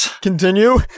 Continue